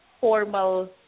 formal